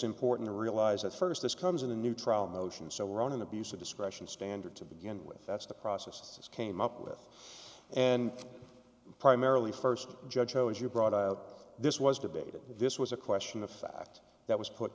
important to realize that first this comes in a new trial motion so run an abuse of discretion standard to begin with that's the process this came up with and primarily first judge shows you brought this was debated this was a question of fact that was put